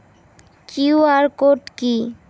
QR code কি?